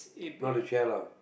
not to share lah